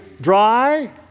dry